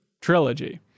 trilogy